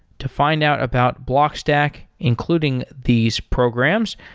to find out about blockstack including these programs,